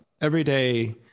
everyday